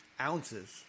Ounces